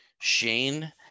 Shane